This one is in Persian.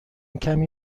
کمی